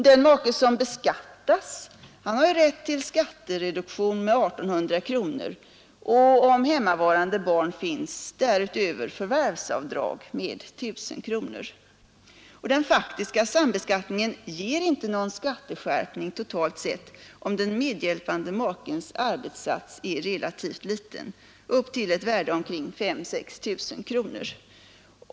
Den make som beskattas har rätt till skattereduktion med 1 800 kronor och om hemmavarande barn finns därutöver förvärvsavdrag med 1 000 kronor. Den faktiska sambeskattningen ger inte någon skatteskärpning totalt sett, om den medhjälpande makens arbetsinsats är relativt liten, upp till ett värde av 5 000 å 6 000 kronor.